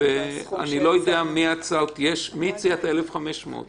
מי הציע 1,500?